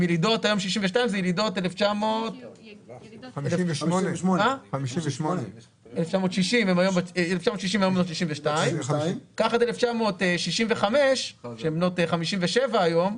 ילידות 1960. ילידות 1965, הן בנות 57 היום.